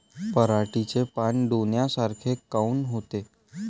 पराटीचे पानं डोन्यासारखे काऊन होते?